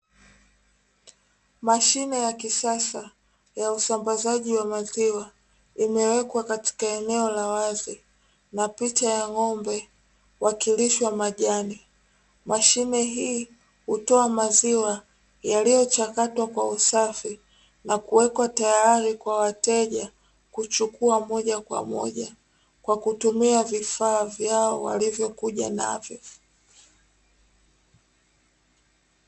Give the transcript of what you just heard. Mashine ya kisasa ya usambazaji wa maziwa, imewekwa katika eneo la wazi na picha ya ng'ombe wakilishwa majani. Mashine hii hutoa maziwa yaliyochakatwa kwa usafi na kuwekwa tayari kwa wateja kuchukua moja kwa moja, kwa kutumia vifaa vyao walivyokuja navyo.